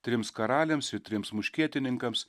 trims karaliams jų trims muškietininkams